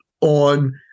on